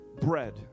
bread